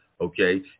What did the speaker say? Okay